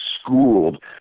schooled